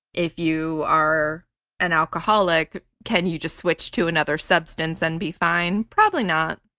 if you are an alcoholic, can you just switch to another substance and be fine? probably not.